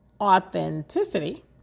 Authenticity